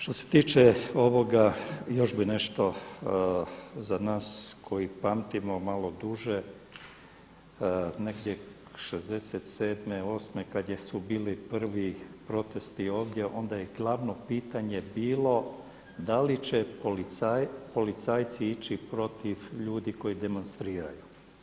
Što se tiče ovoga još bih nešto za nas koji pamtimo malo duže negdje '67., osme kad su bili prvi protesti ovdje onda je glavno pitanje bilo da li će policajci ići protiv ljudi koji demonstriraju.